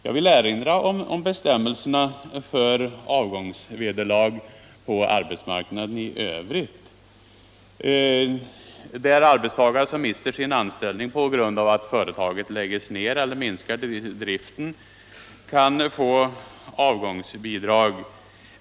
Jag vill erinra om bestämmelserna för avgångsvederlag på arbetsmarknaden i övrigt. Den arbetstagare som mister sin anställning på grund av att företaget läggs ner eller minskar driften kan få avgångsbidrag.